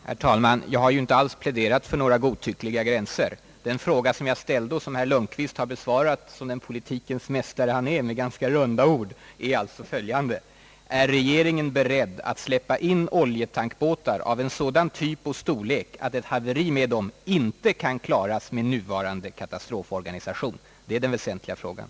Herr talman! Jag har ju inte alls pläderat för några godtyckliga gränser. Den fråga som jag ställde och som herr Lundkvist — som den »politikens mästare» han är! — har besvarat med ganska runda ord är följande: Är regeringen beredd att släppa in oljetankbåtar av sådan typ och storlek att ett haveri med dem inte kan klaras med nuvarande katastroforganisation? Det är den väsentliga frågan.